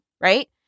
Right